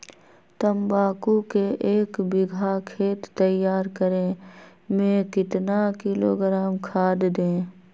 तम्बाकू के एक बीघा खेत तैयार करें मे कितना किलोग्राम खाद दे?